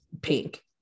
pink